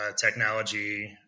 technology